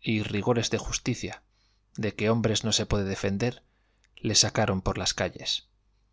y rigores de justicia de que hombre no se puede defender le sacaron por las calles